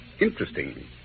Interesting